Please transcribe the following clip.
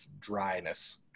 dryness